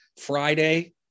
Friday